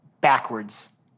backwards